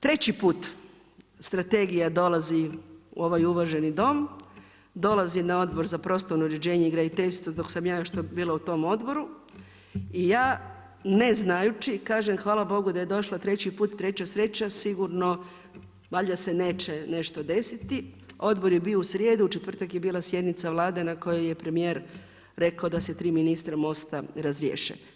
Treći put strategija dolazi u ovaj uvaženi Dom, dolazi na Odbor za prostorno uređenje i graditeljstvo dok sam ja još bila u tom odboru, i ja ne znajući, kažem hvala Bogu da je došlo treći put, treća sreća, sigurno valjda se neće nešto desiti, odbor je bio u srijedu, u četvrtak je bila sjednica Vlade na kojoj je premijer rekao da se 3 ministra MOST-a razriješe.